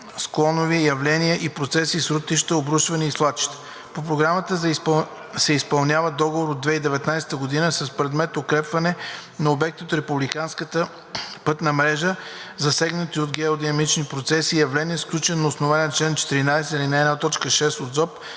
склонови явления и процеси – срутища, обрушвания и свлачища. По Програмата се изпълнява договор от 2019 г. с предмет: „Укрепване на обекти от републиканската пътна мрежа, засегнати от геодинамични процеси и явления“, сключен на основание чл. 14, ал. 1, т. 6 от ЗОП